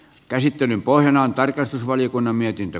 käsittelyn pohjana on tarkastusvaliokunnan mietintö